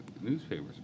newspapers